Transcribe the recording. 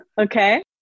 okay